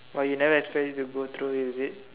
but you never expect it to go through is it